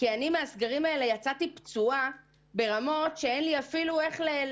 אני יצאתי פצועה מהסגרים הללו ברמות שאינו יכולה לתאר.